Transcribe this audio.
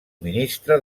ministre